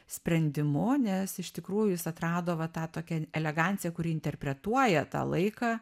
sprendimu nes iš tikrųjų jis atrado va tą tokią eleganciją kuri interpretuoja tą laiką